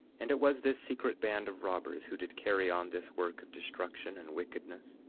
and it was this secret band of robbers who did carry on this work of destruction and wickedness.